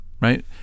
right